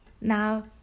now